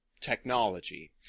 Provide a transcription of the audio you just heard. technology